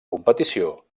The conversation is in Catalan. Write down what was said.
competició